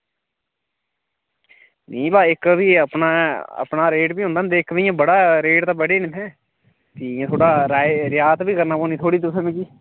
निं फ्ही इक अपना अपना रेट बी होंदा ना इक तां इ'यां इक ते रेट बड़े न इत्थें ते इ'यां थोह्ड़ा रियायत बी करना पौनी थोह्ड़ी तुसें मिगी